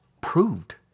proved